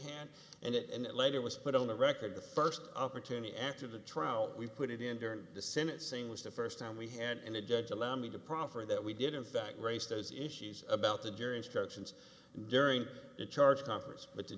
had and it and it later was put on the record the first opportunity after the trout we put it in during the sentencing was the first time we had and the judge allow me to proffer that we did in fact raise those issues about the jury instructions during the charge conference but the